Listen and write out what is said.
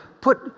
put